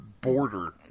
border